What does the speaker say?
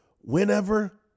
Whenever